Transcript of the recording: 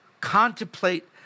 Contemplate